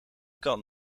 kan